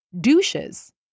douches